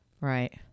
Right